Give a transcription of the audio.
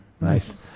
Nice